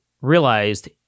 realized